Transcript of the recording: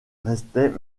restait